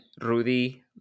Rudy